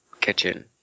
kitchen